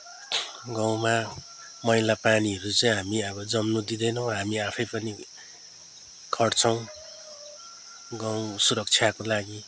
गाउँमा मैला पानीहरू चाहिँ हामी अब जम्नु दिदैनौँ हामी आफै पनि खट्छौँ गाउँ सुरक्षाको लागि